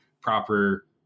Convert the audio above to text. proper